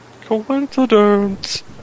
coincidence